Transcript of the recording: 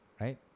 right